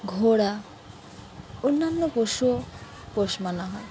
ঘোড়া অন্যান্য পশুও পোষ মা হয়